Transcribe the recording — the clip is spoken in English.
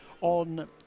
on